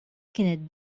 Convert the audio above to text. kienet